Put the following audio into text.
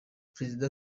perezida